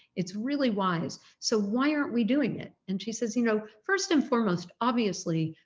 it's really wise, so why aren't we doing it and she says you know, first and foremost, obviously,